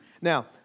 Now